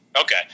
Okay